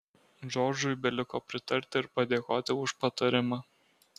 džordžui beliko pritarti ir padėkoti už patarimą